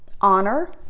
honor